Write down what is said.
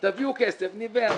תביאו כסף, נבנה.